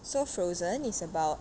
so frozen is about